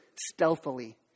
stealthily